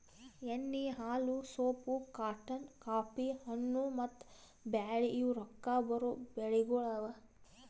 ಎಣ್ಣಿ, ಹಾಲು, soap, cotton, coffee, ಹಣ್ಣು, ಮತ್ತ ಬ್ಯಾಳಿ ಇವು ರೊಕ್ಕಾ ಬರೋ ಬೆಳಿಗೊಳ್ ಅವಾ